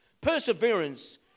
Perseverance